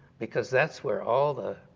because that's where all the